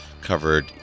covered